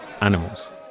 animals